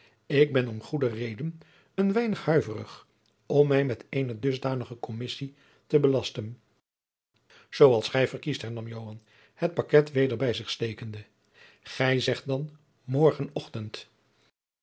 ik ben om goede reden een weinig huiverig om mij met eene dusdanige commissie te belasten zoo als gij verkiest hernam joan het paket weder bij zich steekende gij zegt dan morgen ochtend